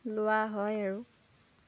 লোৱা হয় আৰু